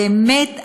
באמת,